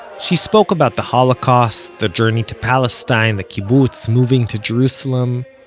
she spoke about the holocaust, the journey to palestine, the kibbutz, moving to jerusalem.